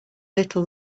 little